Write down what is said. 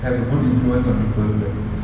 have a good influence on people like